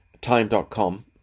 time.com